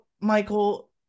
Michael